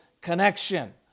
connection